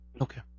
Okay